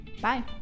bye